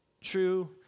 True